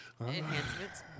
Enhancements